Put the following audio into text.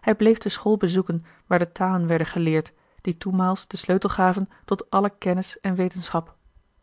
hij bleef de school bezoeken waar de talen werden geleerd die toenmaals den sleutel gaven tot alle kennis en wetenschap